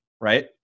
right